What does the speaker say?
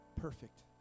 perfect